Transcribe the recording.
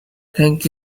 thank